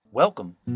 Welcome